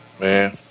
Man